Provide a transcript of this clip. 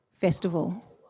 festival